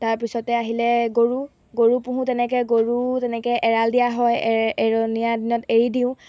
তাৰপিছতে আহিলে গৰু গৰু পোহো তেনেকৈ গৰু তেনেকৈ এৰাল দিয়া হয় এৰে এৰনীয়া দিনত এৰি দিওঁ